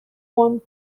won